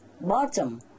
bottom